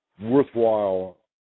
worthwhile